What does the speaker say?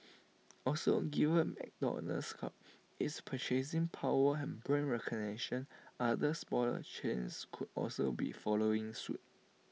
also given McDonald's clout its purchasing power and brand recognition other smaller chains could also be following suit